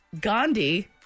Gandhi